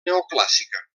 neoclàssica